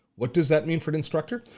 what does that mean for an instructor?